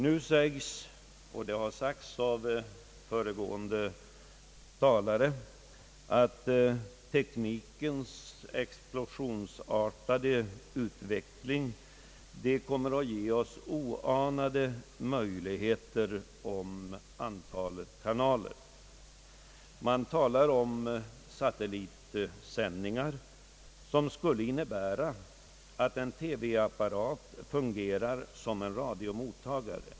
Nu har föregående talare sagt att teknikens = explosionsartade «utveckling kommer att ge oss oanade möjligheter beträffande antalet kanaler. Det talas om satellitsändningar som skulle innebära att en TV-apparat fungerar som en radiomottagare.